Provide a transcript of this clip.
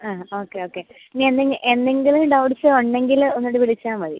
ആ okay okay ഇനി എന്തെങ്ക് എന്തെങ്കിലും ഡൗട്ട്സ് ഉണ്ടെങ്കിൽ ഒന്നുകൂടി വിളിച്ചാൽ മതി